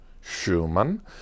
Schumann